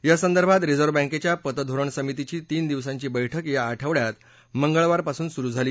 या संदर्भात रिझर्व बँकेच्या पतधोरण समितीची तीन दिवसांची बैठक या आठवड्यात मंगळवारपासून सुरू झाली